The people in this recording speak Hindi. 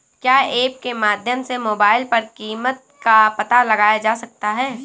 क्या ऐप के माध्यम से मोबाइल पर कीमत का पता लगाया जा सकता है?